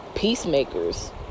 peacemakers